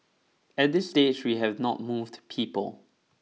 at this stage we have not moved people